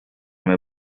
your